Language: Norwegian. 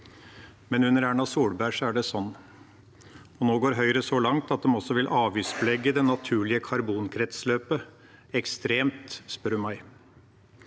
men under Erna Solberg er det sånn. Nå går Høyre så langt at de også vil avgiftsbelegge det naturlige karbonkretsløpet. Ekstremt, spør du meg.